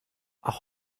auch